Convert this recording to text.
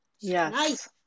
Yes